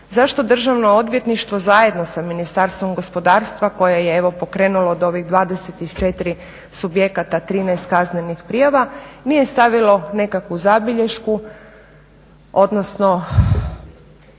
zašto Državno odvjetništvo zajedno sa Ministarstvom gospodarstva koje je evo pokrenulo od ovih 24 subjekata, 13 kaznenih prijava, nije stavilo nekakvo zabilješku odnosno